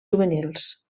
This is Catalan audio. juvenils